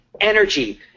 energy